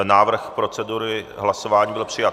Návrh procedury hlasování byl přijat.